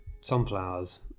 sunflowers